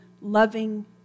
loving